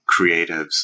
creatives